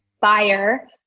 buyer